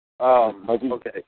Okay